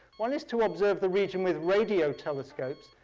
one is to observe the region with radio telescopes,